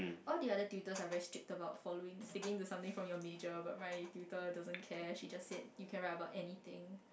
all the other tutors are very strict about following sticking to something from your major but my tutor doesn't care she just said you can write about anything